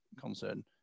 concern